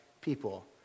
people